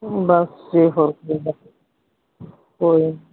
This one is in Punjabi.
ਬਸ